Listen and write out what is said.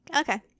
okay